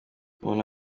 umuntu